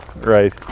right